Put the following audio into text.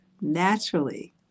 naturally